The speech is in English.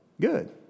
Good